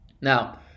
Now